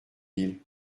ils